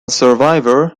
survivor